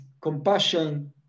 compassion